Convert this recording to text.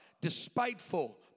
despiteful